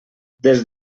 des